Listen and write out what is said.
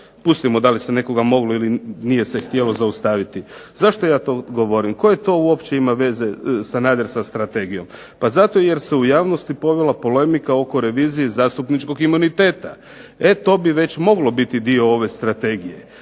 Pustimo da se nekoga moglo ili nije se htjelo zaustaviti. Zašto ja to uopće govorim? Koje to uopće ima veze Sanader sa strategijom? Pa zato jer se u javnosti povela polemika oko revizije zastupničkog imuniteta. E to bi već moglo biti dio ove strategije.